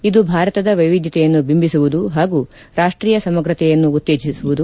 ಇದು ಭಾರತದ ವ್ಯೆವಿದ್ಯತೆಯನ್ನು ಬಿಂಬಿಸುವುದು ಹಾಗೂ ರಾಷ್ಷೀಯ ಸಮಗ್ರತೆಯನ್ನು ಉತ್ತೇಜಿಸುವುದು